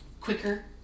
quicker